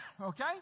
Okay